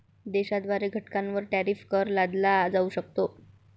देशाद्वारे घटकांवर टॅरिफ कर लादला जाऊ शकतो